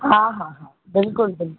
हा हा हा बिल्कुलु बिल्कुलु